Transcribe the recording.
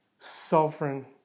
sovereign